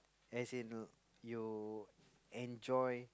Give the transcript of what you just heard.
as in you enjoy